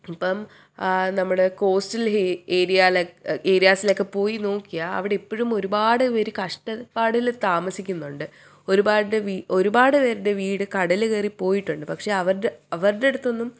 ഇപ്പം നമ്മുടെ കോസ്റ്റൽ ഹേയ് ഏരിയയിലൊക്കെ ഏരിയാസിലൊക്കെ പോയി നോക്കിയാൽ അവിടെ ഇപ്പോഴും ഒരുപാടുപേർ കഷ്ടപ്പാടിൽ താമസിക്കുന്നുണ്ട് ഒരുപാട് ഒരുപാടുപേരുടെ വീട് കടലുകയറി പോയിട്ടുണ്ട് പക്ഷെ അവരുടെ അവരുടെ അടുത്തൊന്നും